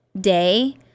day